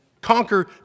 conquer